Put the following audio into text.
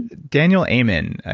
daniel amen,